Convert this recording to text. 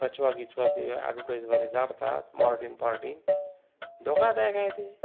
कछवा गिछवा ते ॲडव्हर्टाइजवाले जाळतात मॉर्टिन फॉर्टिन धोकादायक आहे ते